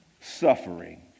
suffering